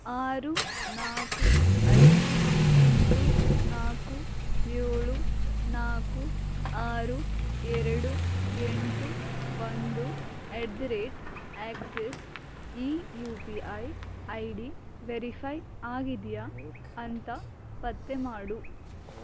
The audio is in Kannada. ಆರು ನಾಲ್ಕು ಐದು ಎಂಟು ನಾಲ್ಕು ಏಳು ನಾಲ್ಕು ಆರು ಎರಡು ಎಂಟು ಒಂದು ಎಟ್ ದ ರೇಟ್ ಆ್ಯಕ್ಸಿಸ್ ಈ U P I I D verify ಆಗಿದೆಯಾ ಅಂತ ಪತ್ತೆ ಮಾಡು